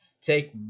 take